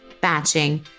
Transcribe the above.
batching